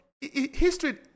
history